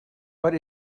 what